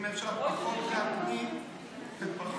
אם אפשר פחות להקניט ופחות,